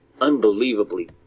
unbelievably